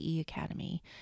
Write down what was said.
Academy